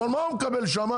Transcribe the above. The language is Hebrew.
אבל מה הוא מקבל שם?